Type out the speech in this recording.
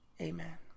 amen